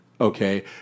Okay